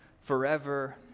forever